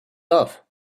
love